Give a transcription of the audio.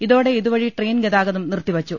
ഇതോടെ ഇതുവഴി ട്രെയിൻ ഗതാഗതം നിർത്തിവെച്ചു